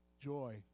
joy